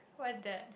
what is that